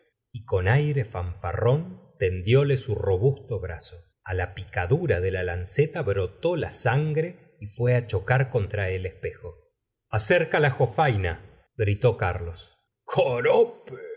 y con aire fanfarrón tendióle su robusto brazo a la pieadura de la lanceta brotó la sangre y fué chocar contra el espejo acerca la jofaina gritó carlos